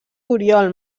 oriol